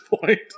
point